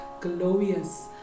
glorious